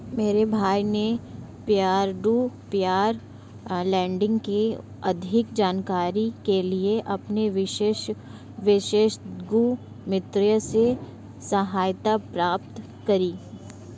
मेरे भाई ने पियर टू पियर लेंडिंग की अधिक जानकारी के लिए अपने वित्तीय विशेषज्ञ मित्र से सहायता प्राप्त करी